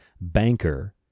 banker